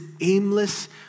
aimless